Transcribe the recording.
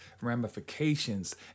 ramifications